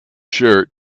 shirt